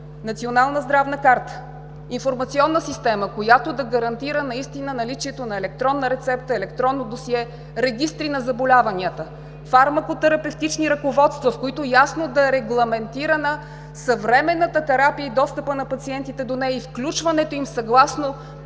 национална здравна карта; информационна система, която да гарантира наистина наличието на електронна рецепта, електронно досие, регистри на заболяванията; фармакотерапевтични ръководства, в които ясно да е регламентирана съвременната терапия и достъпът на пациентите до нея, и включването им съгласно